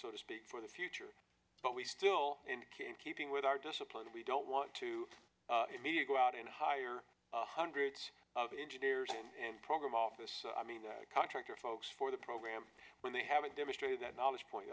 so to speak for the future but we still can keeping with our discipline we don't want to go out and hire hundreds of engineers and program office i mean contractor folks for the program when they haven't demonstrated that knowledge point